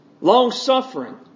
Long-suffering